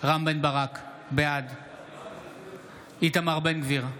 רם בן ברק, בעד איתמר בן גביר,